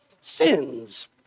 sins